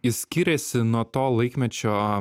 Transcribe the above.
jis skiriasi nuo to laikmečio